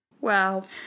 Wow